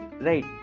right